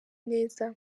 neza